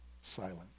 silent